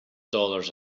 dollars